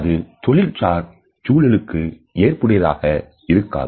அது தொழில்சார் சூழலுக்கு ஏற்புடையதாக இருக்காது